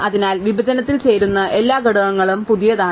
അതിനാൽ വിഭജനത്തിൽ ചേരുന്ന എല്ലാ ഘടകങ്ങളും പുതിയതാണ്